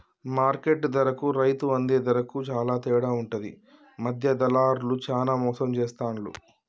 market ధరకు రైతు అందే ధరకు చాల తేడా ఉంటది మధ్య దళార్లు చానా మోసం చేస్తాండ్లు